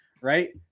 right